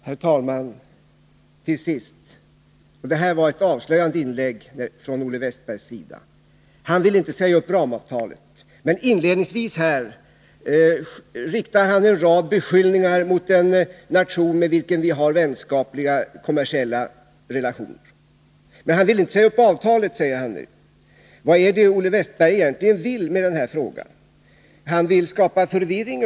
Herr talman! Till sist: Detta var ett avslöjande inlägg av Olle Wästberg. Han vill inte säga upp ramavtalet. Inledningsvis riktar han en rad beskyllningar mot en nation med vilken vi har vänskapliga kommersiella relationer. Men han vill inte säga upp avtalet, säger han nu. Vad vill egentligen Olle Wästberg med denna fråga? Uppenbarligen vill han skapa förvirring.